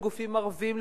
לגופים ערביים,